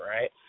right